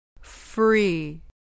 Free